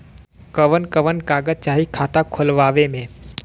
कवन कवन कागज चाही खाता खोलवावे मै?